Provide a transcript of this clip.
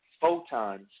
photons